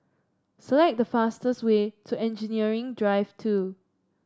select the fastest way to Engineering Drive Two